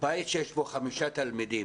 בית שיש בו חמישה תלמידים